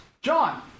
John